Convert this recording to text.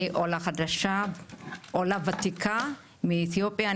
אני עולה ותיקה מאתיופיה.